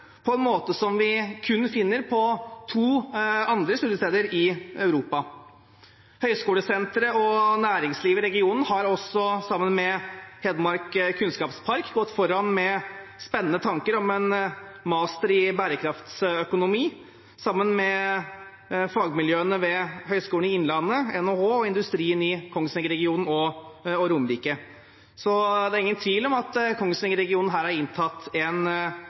på en måte som vi kun finner på to andre studiesteder i Europa. Høgskolesenteret og næringslivet i regionen har også, sammen med Hedmark Kunnskapspark, gått foran med spennende tanker om en master i bærekraftsøkonomi sammen med fagmiljøene ved Høgskolen i Innlandet, NHH og industrien i Kongsvinger-regionen og på Romerike. Så det er ingen tvil om at Kongsvinger-regionen her har inntatt en